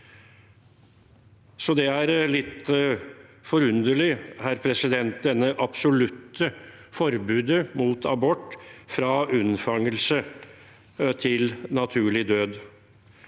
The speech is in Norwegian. Det er litt forunderlig, dette absolutte forbudet mot abort fra unnfangelse til naturlig død,